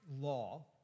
law